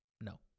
No